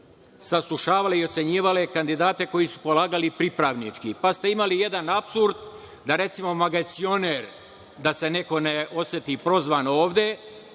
saslušavale i ocenjivale kandidate koji su polagali pripravnički, pa ste imali jedan apsurd da, recimo, magacioner, da se neko ne oseti prozvano ovde